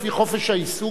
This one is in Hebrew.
לפי חופש העיסוק,